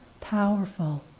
powerful